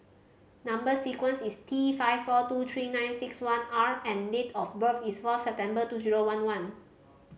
number sequence is T five four two three nine six one R and date of birth is fourth September two zero one one